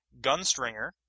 Gunstringer